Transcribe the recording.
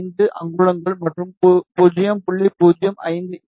575 அங்குலங்கள் மற்றும் 0